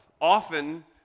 often